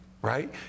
right